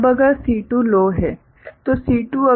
अब अगर C2 low है तो C2 लो है